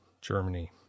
Germany